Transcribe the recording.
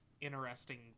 interesting